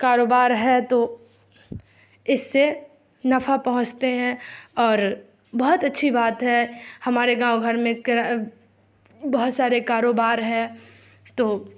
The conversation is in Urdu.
کاروبار ہے تو اس سے نفع پہنچتے ہیں اور بہت اچھی بات ہے ہمارے گاؤں گھر میں بہت سارے کاروبار ہے تو